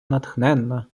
натхненна